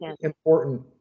important